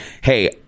hey